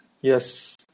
Yes